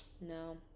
no